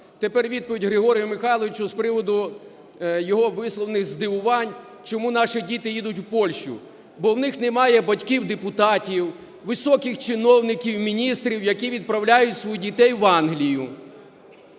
Тепер відповідь Григорію Михайловичу з приводу його висловлених здивувань, чому наші діти їдуть у Польщу. Бо в них немає батьків депутатів, високих чиновників міністрів, які відправляють своїх дітей в Англію.